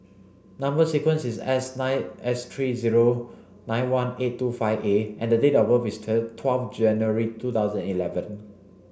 number sequence is S nine S three zero nine one eight two five A and the date of birth is twelve January two thousand eleven